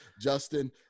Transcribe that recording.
Justin